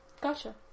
Gotcha